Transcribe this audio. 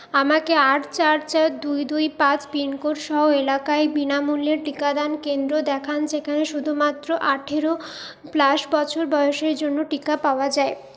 আমাকে আট চার চার দুই দুই পাঁচ পিনকোড সহ এলাকায় বিনামূল্যে টিকাদান কেন্দ্র দেখান যেখানে শুধুমাত্র আঠেরো প্লাস বছর বয়সের জন্য টিকা পাওয়া যায়